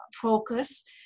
focus